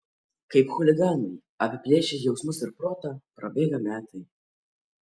kaip chuliganai apiplėšę jausmus ir protą prabėga metai